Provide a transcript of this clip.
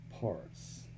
parts